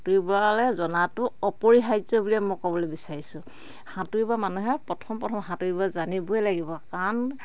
সাঁতুৰিবলে জনাটো অপৰিহাৰ্য বুলিয়ে মই ক'বলে বিচাৰিছোঁ সাঁতুৰিব মানুহে প্ৰথম প্ৰথম সাঁতুৰিব জানিবই লাগিব কাৰণ